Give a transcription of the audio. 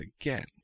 again